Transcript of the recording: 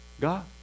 God